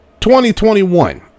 2021